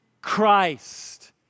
Christ